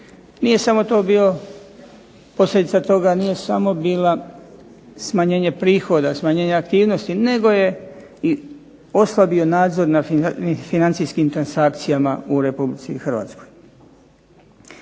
Nije samo to bio posljedica toga nije samo bila smanjenje prihoda, smanjenje aktivnosti, nego je i oslabio nadzor nad financijskim transakcijama u RH. Poslije